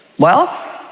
well,